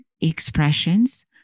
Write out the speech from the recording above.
expressions